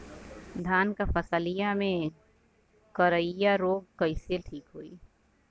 धान क फसलिया मे करईया रोग कईसे ठीक होई?